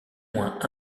moins